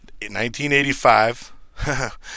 1985